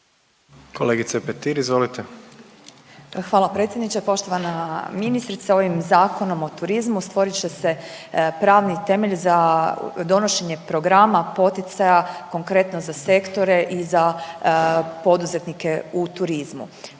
Marijana (Nezavisni)** Hvala predsjedniče. Poštovana ministrice ovim Zakonom o turizmu stvorit će se pravni temelj za donošenje programa poticaja, konkretno za sektore i za poduzetnike u turizmu.